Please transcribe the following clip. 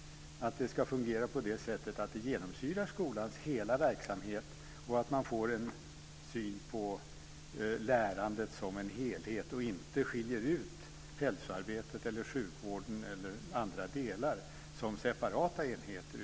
att just det här helhetsperspektivet ska genomsyra skolans hela verksamhet, att man ska få en helhetssyn på lärandet och att man inte ska skilja ut hälsoarbetet, sjukvården eller andra delar som separata enheter.